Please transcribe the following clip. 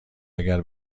اگر